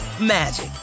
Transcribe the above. magic